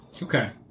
Okay